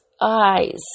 eyes